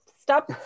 stop